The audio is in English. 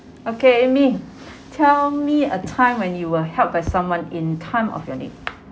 okay amy tell me a time when you were helped by someone in time of your need